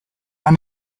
han